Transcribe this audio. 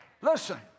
listen